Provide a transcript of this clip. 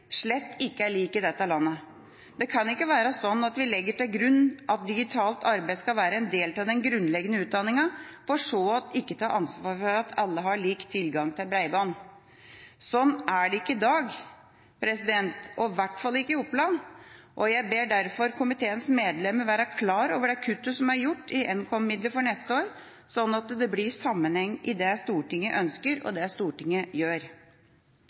slett ikke er lik i dette landet. Det kan ikke være slik at vi legger til grunn at digitalt arbeid skal være en del av den grunnleggende utdanninga, for så ikke å ta ansvar for at alle har lik tilgang til bredbånd. Slik er det ikke i dag – og i hvert fall ikke i Oppland. Jeg ber derfor komiteens medlemmer være klar over det kuttet som er gjort i Nkom-midler for neste år, slik at det blir sammenheng mellom det Stortinget ønsker, og det Stortinget gjør.